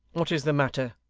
what is the matter